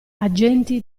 agenti